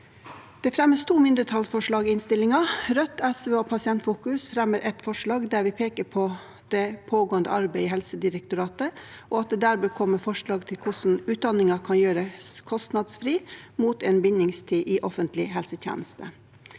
Det fremmes to mindretallsforslag i innstillingen. Rødt, SV og Pasientfokus fremmer et forslag der vi peker på det pågående arbeidet i Helsedirektoratet, og at det der bør komme forslag til hvordan utdanningen kan gjøres kostnadsfri mot en bindingstid i offentlig helsetjeneste.